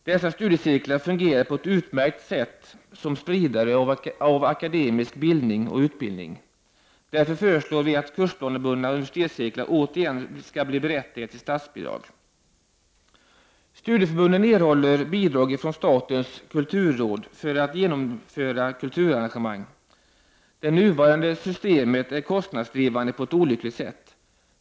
Dessa studiecirklar fungerade på ett utmärkt sätt som spri dare av akademisk bildning och utbildning. Därför föreslår vi att kursplanebundna universitetscirklar återigen skall bli berättigade till statsbidrag. Studieförbunden erhåller bidrag från statens kulturråd för att genomföra kulturarrangemang. Det nuvarande systemet är kostnadsdrivande på ett olyckligt sätt.